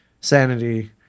sanity